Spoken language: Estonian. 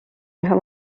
ühe